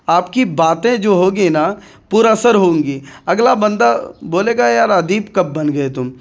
آپ کی باتیں جو ہوگی نا پراثر ہوں گی اگلا بندہ بولے گا یار ادیب کب بن گئے تم